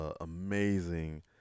amazing